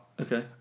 Okay